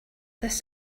this